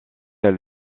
elle